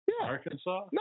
Arkansas